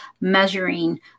measuring